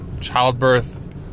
childbirth